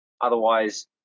Otherwise